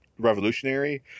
revolutionary